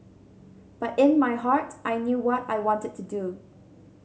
but in my heart I knew what I wanted to do